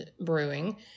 brewing